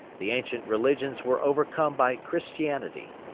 the ancient religions were overcome by christianity.